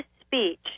speech